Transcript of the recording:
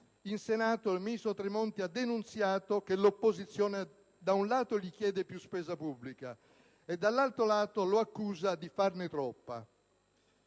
in Senato, il ministro Tremonti ha denunziato che l'opposizione da un lato gli chiede più spesa pubblica, dall'altro lo accusa di farne troppa.